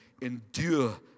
endure